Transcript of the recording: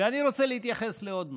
אני רוצה להתייחס לעוד נושא.